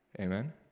Amen